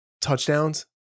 touchdowns